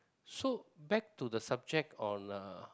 so back to the subject on uh